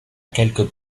quelques